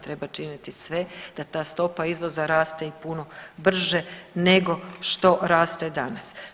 Treba činiti sve da ta stopa izvoza raste i puno brže nego što raste danas.